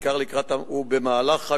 בעיקר לקראת חג הפורים ובמהלכו,